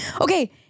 Okay